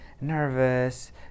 nervous